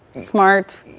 smart